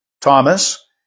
Thomas